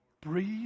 breathe